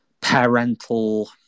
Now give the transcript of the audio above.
parental